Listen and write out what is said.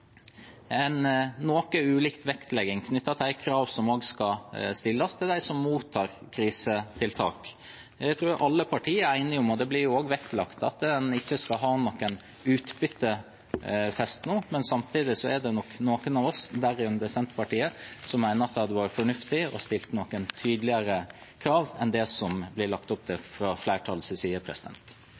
en noe ulik vektlegging av de kravene som skal stilles til dem som mottar krisetiltak. Jeg tror alle partiene er enige om, og det blir også vektlagt, at en ikke skal ha noen utbyttefest nå, men samtidig er det noen av oss, herunder Senterpartiet, som mener at det hadde vært fornuftig å stille noen tydeligere krav enn det det blir lagt opp til fra flertallets side.